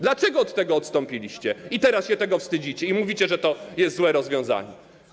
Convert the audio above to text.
Dlaczego od tego odstąpiliście i teraz się tego wstydzicie i mówicie, że to jest złe rozwiązanie?